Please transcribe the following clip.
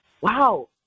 Wow